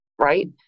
right